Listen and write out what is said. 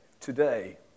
Today